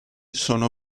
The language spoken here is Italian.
sono